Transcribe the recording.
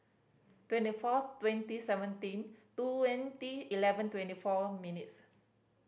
twenty fourth twenty seventeen twenty eleven twenty four minutes